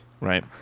Right